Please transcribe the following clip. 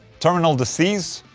terminal disease?